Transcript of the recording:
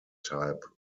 type